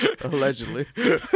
Allegedly